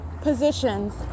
positions